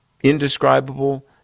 indescribable